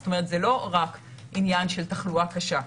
זאת אומרת, זה לא רק עניין של תחלואה קשה.